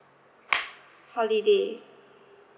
holiday